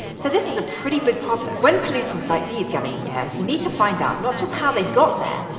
so this is a pretty big problem. when pollutants like these get in the air, you need to find out not just how they got there,